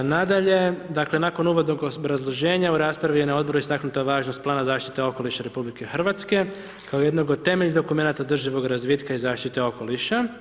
Nadalje, dakle nakon uvodnog obrazloženja, u raspravi je na odboru istaknuta važnost plana zaštite okoliša RH kao jednog od temeljnih dokumenata održivog razvitka i zaštite okoliša.